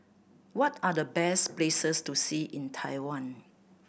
what are the best places to see in Taiwan